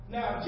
Now